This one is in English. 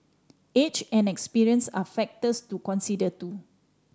age and experience are factors to consider too